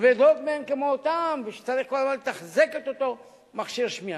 כבדות מאין כמותן ושצריך כל הזמן לתחזק את אותו מכשיר שמיעה.